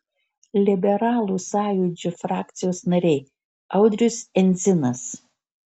liberalų sąjūdžio frakcijos nariai audrius endzinas